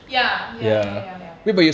ya ya ya ya ya